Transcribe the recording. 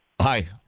Hi